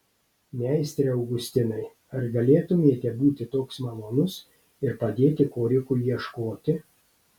meistre augustinai ar galėtumėte būti toks malonus ir padėti korikui ieškoti